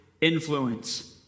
influence